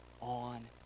on